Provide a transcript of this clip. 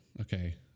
okay